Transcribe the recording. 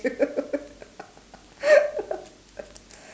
~oo